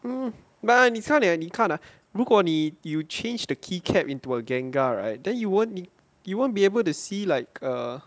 mm but 你看了你看啊如果你 you change the key cap into a gengar right then you won't you won't be able to see like err